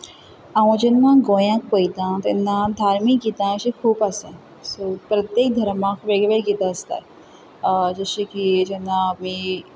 हांव जेन्ना गोंयांक पळयतां तेन्ना धार्मीक गितां अशीं खूब आसा सो प्रत्येक धर्माक वेगळीं गितां आसतात जशें की जेन्ना आमी